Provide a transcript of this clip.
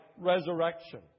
resurrection